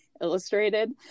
Illustrated